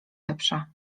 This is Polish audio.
lepsza